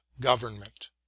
government